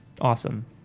awesome